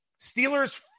Steelers